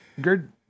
good